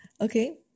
okay